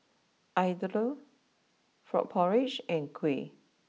Idly Frog Porridge and Kuih